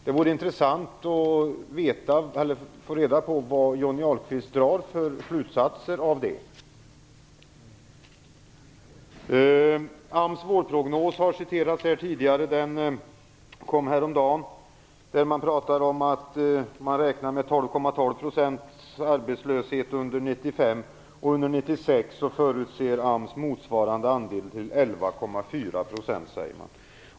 Det vore intressant att få reda på vilka slutsatser Johnny Ahlqvist drar av det. AMS vårprognos har citerats här tidigare. Den kom häromdagen. Där pratas om att man räknar med AMS motsvarande andel till 11,4 %.